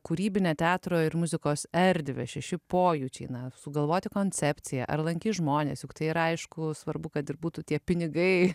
kūrybine teatro ir muzikos erdvę šeši pojūčiai na sugalvoti koncepciją ar lankys žmonės juk tai ir aišku svarbu kad ir būtų tie pinigai